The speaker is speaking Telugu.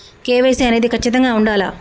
కే.వై.సీ అనేది ఖచ్చితంగా ఉండాలా?